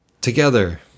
together